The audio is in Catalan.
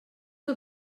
que